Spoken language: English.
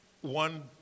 One